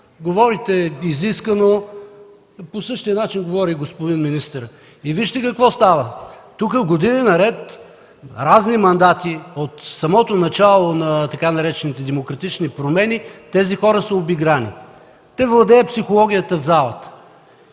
говорите изискано. По същия начин говори и господин министърът. И вижте какво става тук години наред, разни мандати, от самото начало на така наречените „демократични промени”. Тези хора са обиграни, те владеят психологията в залата,